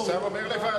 השר אומר לוועדה.